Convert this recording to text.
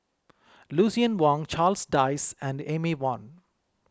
Lucien Wang Charles Dyce and Amy Van